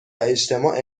اجتماع